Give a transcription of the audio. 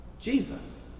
Jesus